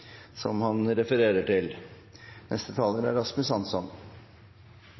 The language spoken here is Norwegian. forslagene han refererte til. Neste taler er